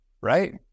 Right